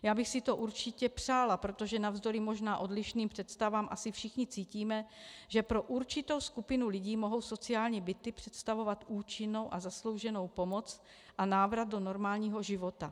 Já bych si to určitě přála, protože navzdory možná odlišným představám asi všichni cítíme, že pro určitou skupinu lidí mohou sociální byty představovat účinnou a zaslouženou pomoc a návrat do normálního života.